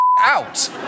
out